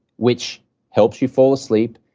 which helps you fall asleep,